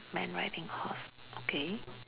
riding horse okay